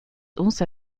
also